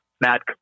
Matt